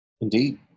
Indeed